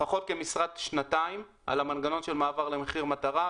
לפחות שנתיים על המנגנון של מעבר למחיר מטרה.